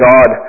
God